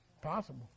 possible